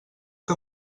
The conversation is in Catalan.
que